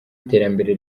iterambere